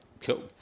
Cool